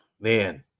Man